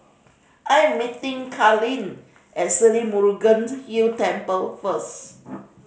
I am meeting Kalyn at Sri Murugan Hill Temple first